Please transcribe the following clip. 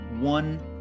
one